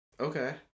Okay